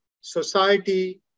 society